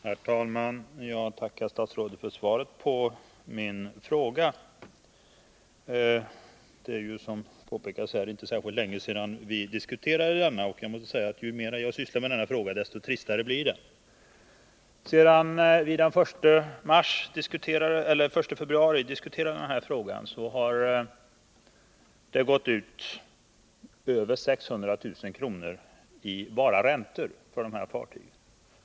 Herr talman! Jag tackar statsrådet för svaret på min fråga. Det är ju, som industriministern påpekade här, inte särskilt länge sedan vi diskuterade detta, och jag måste säga att ju mera jag sysslar med frågan desto tristare blir den. Sedan vi den 1 februari diskuterade frågan har det gått ut över 600 000 kr. i bara räntor för dessa fartyg.